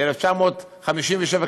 ב-1957,